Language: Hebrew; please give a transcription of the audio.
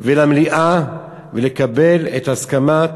ולמליאה ולקבל את הסכמת